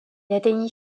atteignit